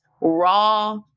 raw